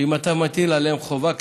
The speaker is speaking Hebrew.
שאם אתה מטיל עליהם חובה כזאת,